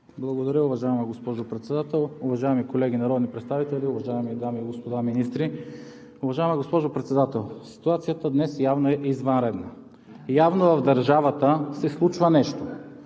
Благодаря, уважаема госпожо Председател. Уважаеми колеги, народни представители, уважаеми дами и господа министри! Уважаема госпожо Председател, ситуацията днес явно е извънредна, явно в държавата се случва нещо!